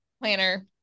planner